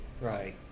right